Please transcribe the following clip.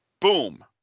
Boom